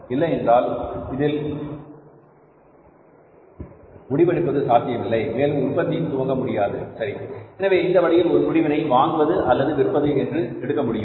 இல்லை என்றால் இதில் முடிவெடுப்பது சாத்தியமில்லை மேலும் உற்பத்தியையும் துவங்க முடியாது சரி எனவே இந்த வழியில் ஒரு முடிவினை வாங்குவது அல்லது விற்பது என்று எடுக்க முடியும்